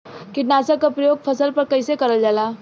कीटनाशक क प्रयोग फसल पर कइसे करल जाला?